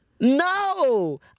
No